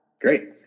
Great